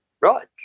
Right